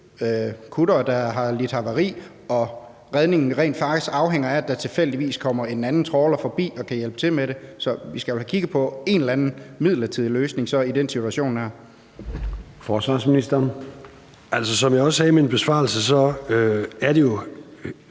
kuttere, der har lidt havari, og hvor redningen rent faktisk afhænger af, at der tilfældigvis kommer en anden trawler forbi og kan hjælpe til med det. Så vi skal vel have kigget på en eller anden midlertidig løsning i den her situation. Kl. 13:05 Formanden (Søren Gade): Forsvarsministeren.